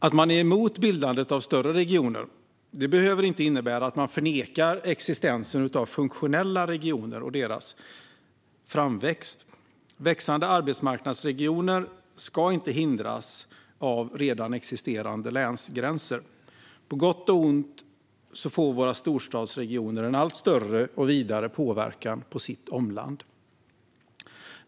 Att man är emot bildandet av större regioner behöver inte innebära att man förnekar existensen av funktionella regioner och deras framväxt. Växande arbetsmarknadsregioner ska inte hindras av redan existerande länsgränser. På gott och på ont får våra storstadsregioner en allt större och vidare påverkan på sitt omland.